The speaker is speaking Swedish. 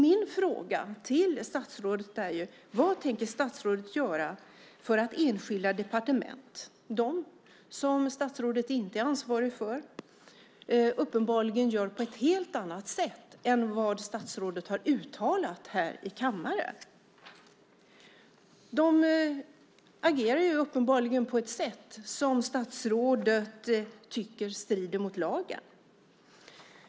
Min fråga är därför: Vad tänker statsrådet göra för att enskilda departement, departement som statsrådet inte är ansvarig för, uppenbarligen gör på ett helt annat sätt än vad statsrådet här i kammaren har uttalat? Uppenbarligen agerar de på ett sätt som statsrådet anser strida mot lagen.